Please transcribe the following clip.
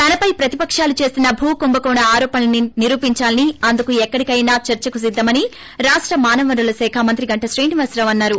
తనపై ప్రతిపకాలు చేస్తున్న భూ కుంభకోణ ఆరోపణలను నిరూపించాలని అందుకు ఎక్కడైనా చర్చకు సిద్దమని రాష్ట మానవ వనరులశాఖ మంత్రి గంటా శ్రీనివాస్ అన్సారు